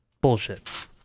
Bullshit